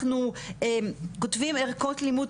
אנחנו כותבים ערכות לימוד,